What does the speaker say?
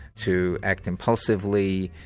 to act impulsively,